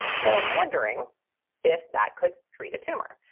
so i'm wondering if that could treat a tumor.